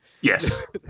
yes